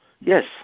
Yes